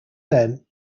then